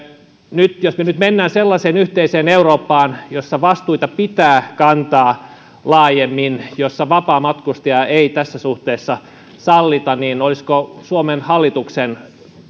jos me nyt menemme sellaiseen yhteiseen eurooppaan jossa vastuita pitää kantaa laajemmin ja jossa vapaamatkustajia ei tässä suhteessa sallita niin olisiko suomen hallituksen